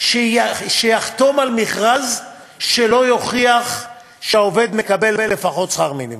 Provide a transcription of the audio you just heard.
שיחתום על מכרז שלא יוכיח שהעובד מקבל לפחות שכר מינימום,